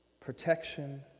Protection